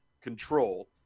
control